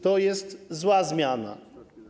To jest zła zmiana.